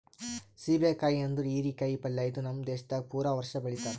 ಸೀಬೆ ಕಾಯಿ ಅಂದುರ್ ಹೀರಿ ಕಾಯಿ ಪಲ್ಯ ಇದು ನಮ್ ದೇಶದಾಗ್ ಪೂರಾ ವರ್ಷ ಬೆಳಿತಾರ್